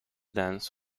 dance